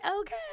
okay